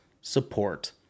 support